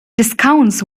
discounts